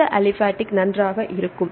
இந்த அலிபாடிக் நன்றாக இருக்கும்